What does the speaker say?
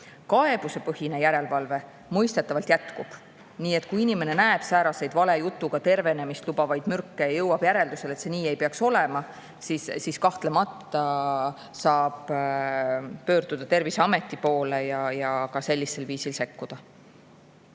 Kaebuspõhine järelevalve mõistetavalt jätkub. Nii et kui inimene näeb sääraseid valejutuga tervenemist lubavaid mürke ja jõuab järeldusele, et see nii ei peaks olema, siis kahtlemata tuleb pöörduda Terviseameti poole ja ka sellisel viisil sekkuda.